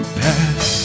pass